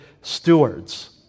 stewards